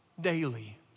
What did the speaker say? daily